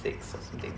six or something